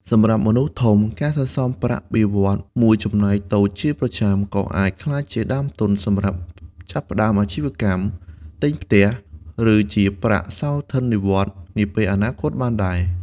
សម្រាប់មនុស្សធំ ការសន្សំប្រាក់បៀវត្សរ៍មួយចំណែកតូចជាប្រចាំ ក៏អាចក្លាយជាដើមទុនសម្រាប់ចាប់ផ្តើមអាជីវកម្ម ទិញផ្ទះ ឬជាប្រាក់សោធននិវត្តន៍នាពេលអនាគតបានដែរ។